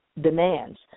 demands